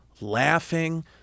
laughing